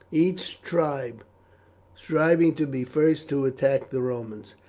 each tribe striving to be first to attack the romans.